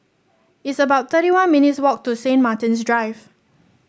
it's about thirty one minutes' walk to Saint Martin's Drive